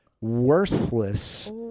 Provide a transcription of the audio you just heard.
worthless